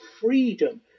freedom